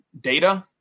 data